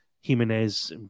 Jimenez